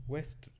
West